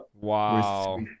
wow